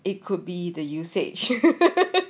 it could be the usage